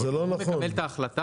הם צריכים לקבל את ההחלטה.